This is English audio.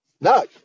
no